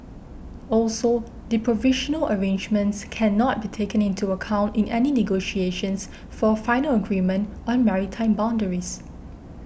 also the provisional arrangements cannot be taken into account in any negotiations for final agreement on maritime boundaries